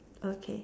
okay